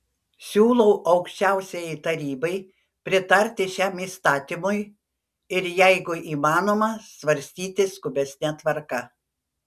siūlau aukščiausiajai tarybai pritarti šiam įstatymui ir jeigu įmanoma svarstyti skubesne tvarka